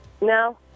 No